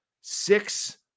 six